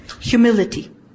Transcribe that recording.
humility